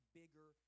bigger